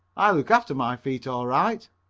i look out for my feet all right.